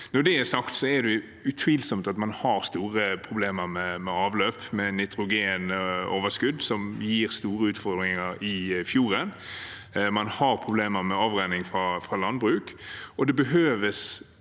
Når det er sagt, er det utvilsomt at man har store problemer med avløp og nitrogenoverskudd, noe som gir store utfordringer i fjorden, og man har problemer med avrenning fra landbruket. Man behøver